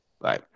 Bye